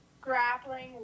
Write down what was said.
grappling